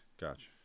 gotcha